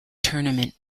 tournament